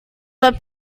were